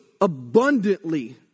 abundantly